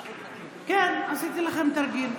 כן, עשיתי לכם תרגיל.